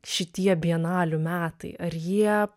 šitie bienalių metai ar jie